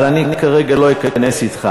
אבל אני כרגע לא אכנס אתך